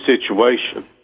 situation